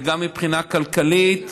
גם מבחינה כלכלית,